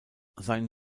sein